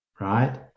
right